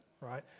right